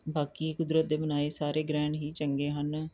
ਬਾਕੀ ਕੁਦਰਤ ਦੇ ਬਣਾਏ ਸਾਰੇ ਗ੍ਰਹਿਣ ਹੀ ਚੰਗੇ ਹਨ